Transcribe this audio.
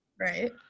Right